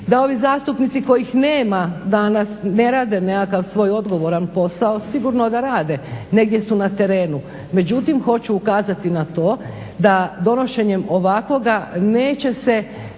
da ovi zastupnici kojih nema danas ne rade nekakav svoj odgovoran posao, sigurno da rade, negdje su na terenu, međutim hoću ukazati na to da donošenjem ovakvog neće se